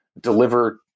deliver